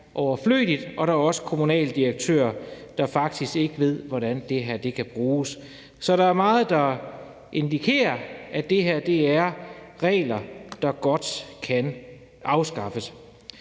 overflødigt, og at der også er kommunaldirektører, der ikke ved, hvordan det her kan bruges. Så der er jo meget, der indikerer, at det her er regler, der godt kan afskaffes.